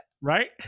Right